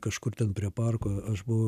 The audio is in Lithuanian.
kažkur ten prie parko aš buvau